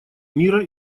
мира